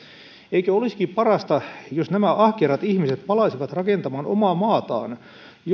eikö olisikin parasta jos nämä ahkerat ihmiset palaisivat rakentamaan omaa maataan